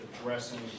addressing